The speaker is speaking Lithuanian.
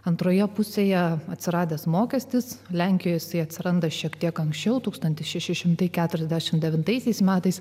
antroje pusėje atsiradęs mokestis lenkijos į atsiranda šiek tiek anksčiau tūkstantis šeši šimtai keturiasdešimt devintaisiais metais